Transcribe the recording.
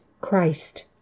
Christ